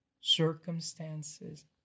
circumstances